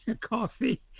coffee